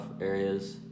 areas